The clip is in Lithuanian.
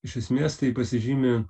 iš esmės tai pasižymi